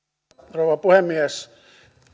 rouva puhemies